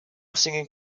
singing